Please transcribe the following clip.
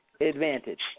advantage